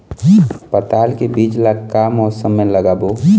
पताल के बीज ला का मौसम मे लगाबो?